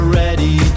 ready